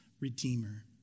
redeemer